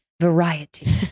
variety